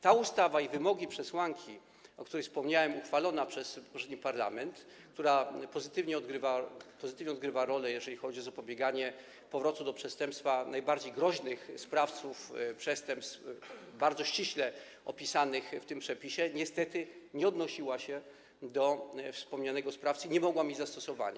Ta ustawa - i wymogi, i przesłanki, o których wspomniałem - uchwalona przez poprzedni parlament, która odgrywa pozytywną rolę, jeżeli chodzi o zapobieganie powrotom do przestępstwa najbardziej groźnych sprawców przestępstw bardzo ściśle opisanych w tym przepisie, niestety nie odnosiła się do wspomnianego sprawcy, nie mogła mieć zastosowania.